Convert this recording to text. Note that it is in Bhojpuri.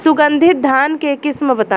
सुगंधित धान के किस्म बताई?